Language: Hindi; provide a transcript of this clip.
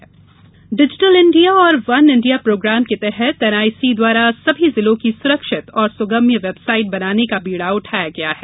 डिजिटल इंडिया डिजिटल इंडिया और वन इंडिया प्रोग्राम के तहत एनआईसी द्वारा सभी जिलों की सुरक्षित और सुगम्य वेबसाइट बनाने का बीड़ा उठाया गया है